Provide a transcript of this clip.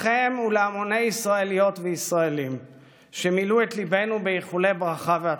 לכם ולהמוני ישראליות וישראלים שמילאו את ליבנו באיחולי ברכה והצלחה,